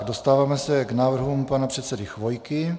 Dostáváme se k návrhům pana předsedy Chvojky.